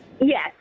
Yes